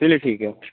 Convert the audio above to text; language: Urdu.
چلیے ٹھیک ہے